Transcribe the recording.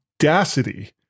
audacity